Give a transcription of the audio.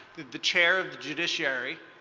the chair of the judiciary,